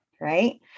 Right